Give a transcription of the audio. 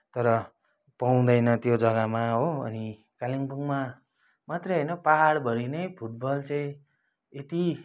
र पाउँदैन त्यो जगामा हो अनि कालिम्पोङमा मात्रै होइन पाहाडभरि नै फुटबल चाहिँ यति